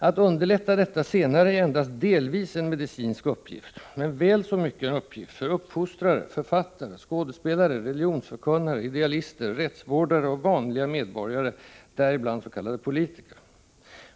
Att underlätta detta senare är endast delvis en medicinsk uppgift, men väl så mycket en uppgift för uppfostrare, författare, skådespelare, religionsförkunnare, idealister, rättsvårdare och vanliga medborgare, däribland s.k. politiker.